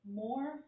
more